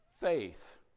faith